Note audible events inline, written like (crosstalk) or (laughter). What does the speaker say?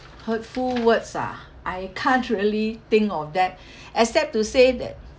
hurtful words ah I can't really think of that (breath) except to say that